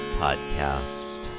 podcast